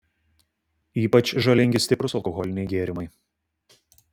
ypač žalingi stiprūs alkoholiniai gėrimai